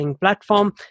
platform